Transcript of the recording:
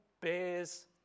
bears